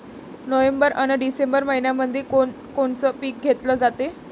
November अन December मइन्यामंधी कोण कोनचं पीक घेतलं जाते?